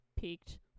peaked